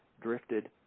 drifted